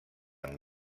amb